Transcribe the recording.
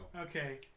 Okay